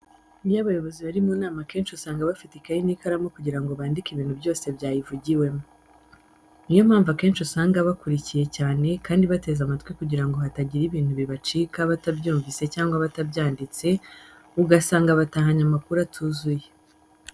Iyo abayobozi bari mu nama akenshi usanga bafite ikayi n'ikaramu kugira ngo bandike ibintu byose byayivugiwemo. Niyo mpamvu akenshi usanga bakurikiye cyane kandi bateze amatwi kugira ngo hatagira ibintu bibacika batabyumvise cyangwa batabyanditse, ugasanga batahanye amakuru atuzuye.